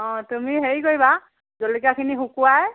অঁ তুমি হেৰি কৰিবা জলকীয়াখিনি শুকুৱাই